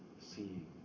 seeing